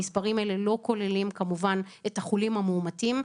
המספרים האלה לא כוללים כמובן את החולים המאומתים,